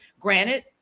Granted